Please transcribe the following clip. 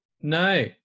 No